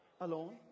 Alone